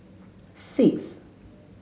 six